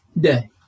day